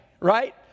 Right